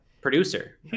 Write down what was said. Producer